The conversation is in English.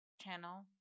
channel